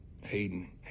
hayden